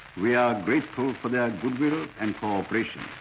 we are grateful for their goodwill and co-operation